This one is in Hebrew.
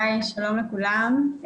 שלום לכולם,